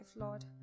Lord